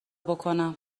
بکنم